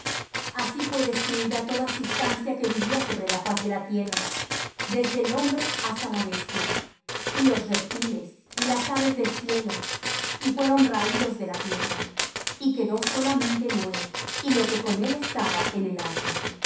así fué destruída toda sustancia que vivía sobre la faz de la tierra desde el hombre hasta la bestia y los reptiles y las aves del cielo y fueron raídos de la tierra y quedó solamente noé y lo que con él estaba en el arca